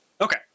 Okay